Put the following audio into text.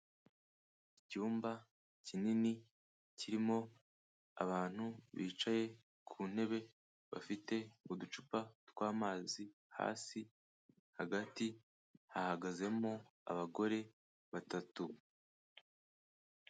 Icyumba kinini kirimo abantu bicaye ku ntebe, bafite uducupa tw'amazi hasi, hagati hahagazemo abagore batatu.